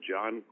John